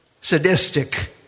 Sadistic